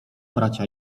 bracia